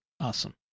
awesome